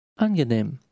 Angenehm